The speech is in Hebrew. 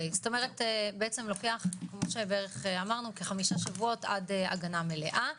לומר לוקח כחמישה שבועות עד הגנה מלאה.